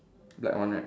black one right